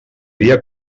via